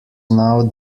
now